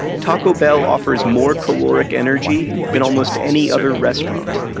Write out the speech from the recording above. taco bell offers more caloric energy than almost any other restaurant.